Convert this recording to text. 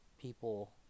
people